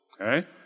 okay